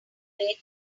way